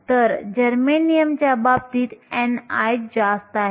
तर जर्मेनियमच्या बाबतीत ni जास्त आहे